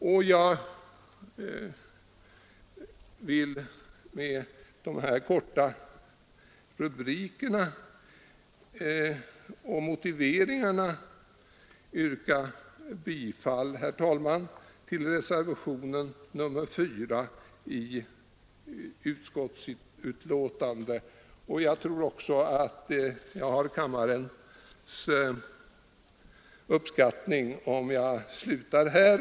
Herr talman, med de här korta motiveringarna vill jag yrka bifall till reservationen 4 till utskottsbetänkandet. Jag tror också att kammaren uppskattar om jag slutar här.